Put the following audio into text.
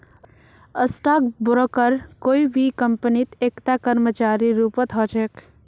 stock broker कोई भी कम्पनीत एकता कर्मचारीर रूपत ह छेक